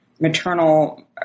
maternal